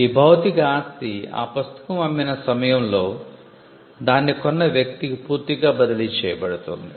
ఈ భౌతిక ఆస్తి ఆ పుస్తకం అమ్మిన సమయంలో దాన్ని కొన్న వ్యక్తికి పూర్తిగా బదిలీ చేయబడుతుంది